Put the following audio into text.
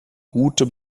gute